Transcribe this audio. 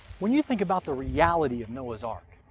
when you think about the reality of noah's ark,